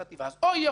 אז או יהיה חוק כזה,